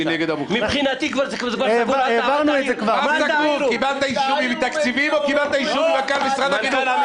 מבחינתי זה כבר --- קיבלת אישור תקציבי ממנכ"ל משרד החינוך?